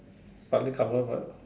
partly covered one